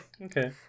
Okay